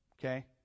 okay